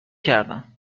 کردن